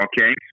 okay